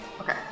Okay